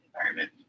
environment